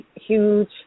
huge